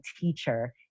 teacher